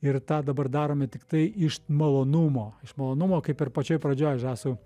ir tą dabar darome tik tai iš malonumo iš malonumo kaip ir pačioj pradžioj žasų